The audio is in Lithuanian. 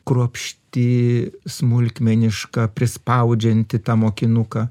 kruopšti smulkmeniška prispaudžianti tą mokinuką